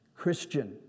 Christian